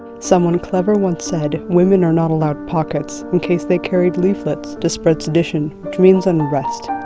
someone clever once said women are not allowed pockets in case they carried leaflets to spread sedition, which means unrest.